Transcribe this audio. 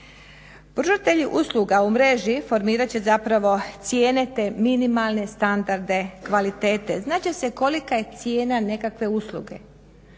Pružatelji usluga u mreži formirat će zapravo cijene te minimalne standarde kvalitete. Znat će se kolika je cijena nekakve usluge.